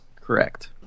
Correct